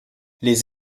les